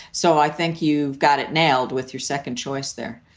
so i think you've got it nailed with your second choice there